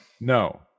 No